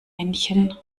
männchen